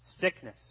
Sickness